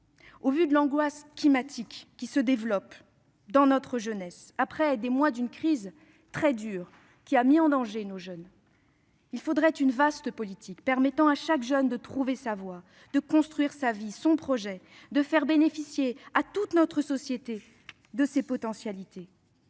Au vu de l'angoisse climatique qui se développe au sein de notre jeunesse, après des mois d'une crise très dure qui l'a mise en danger, il faudrait une vaste politique permettant à chaque jeune de trouver sa voie, de construire sa vie et son projet, afin que toute notre société bénéficie de ses potentialités.